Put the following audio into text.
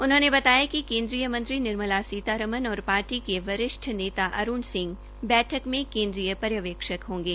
उन्होंने बताया कि केन्द्रीय मंत्री निर्मला सीतारमण और पार्टी के वरिष्ठ नेता अरूण सिंह बैठक में केन्द्रीय पर्यवेक्षक होंगे